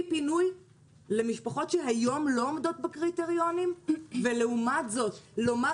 פינוי למשפחות שהיום לא עומדות בקריטריונים ולעומת זאת לומר